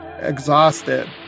exhausted